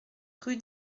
rue